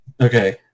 Okay